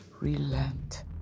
Relent